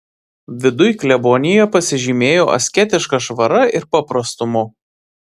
viduj klebonija pasižymėjo asketiška švara ir paprastumu